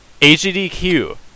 AGDQ